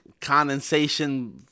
condensation